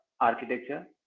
architecture